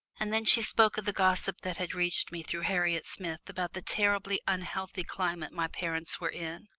and then she spoke of the gossip that had reached me through harriet smith about the terribly unhealthy climate my parents were in.